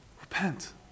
Repent